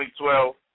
2012